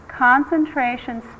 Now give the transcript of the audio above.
Concentration